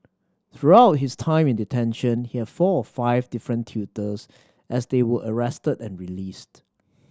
throughout his time in detention he had four or five different tutors as they were arrested and released